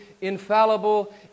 infallible